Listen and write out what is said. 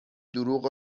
دروغ